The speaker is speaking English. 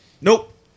Nope